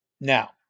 Now